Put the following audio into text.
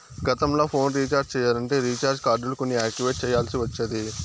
గతంల phone recharge చెయ్యాలంటే recharge కార్డులు కొని యాక్టివేట్ చెయ్యాల్ల్సి ఒచ్చేది